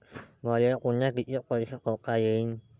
मले पुन्हा कितीक पैसे ठेवता येईन?